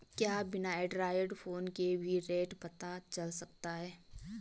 क्या बिना Android phone के भी रेट पता चल सकता है?